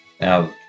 now